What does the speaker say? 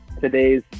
Today's